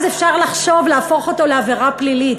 אז אפשר לחשוב להפוך אותו לעבירה פלילית.